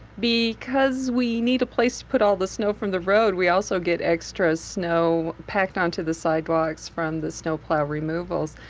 because we need a place to put all the snow from the road, we also get extra snow packed onto the sidewalks from the snowplow removals.